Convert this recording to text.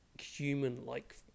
human-like